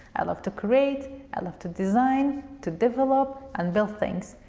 i love to create, i love to design, to develop and build things.